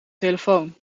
telefoon